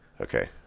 Okay